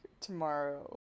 tomorrow